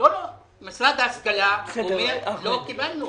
משרד ההשכלה אומר: לא קיבלנו.